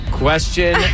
Question